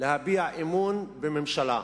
להביע אי-אמון בממשלה.